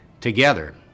together